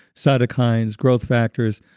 cytokines, growth factors,